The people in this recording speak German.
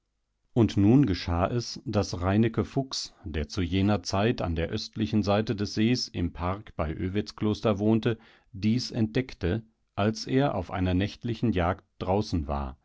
und nun geschah es daß reineke fuchs der zu jener zeit an der östlichenseitedesseesimparkbeiövedsklosterwohnte diesentdeckte als er auf einer nächtlichen jagd draußen war